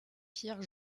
pierre